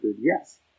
yes